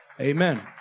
Amen